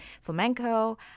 flamenco